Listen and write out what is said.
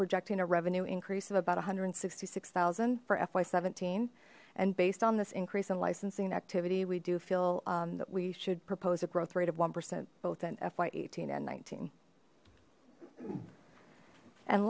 projecting a revenue increase of about one hundred and sixty six thousand for fy seventeen and based on this increase in licensing activity we do feel that we should propose a growth rate of one percent both in fy eighteen and nineteen and